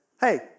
hey